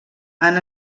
han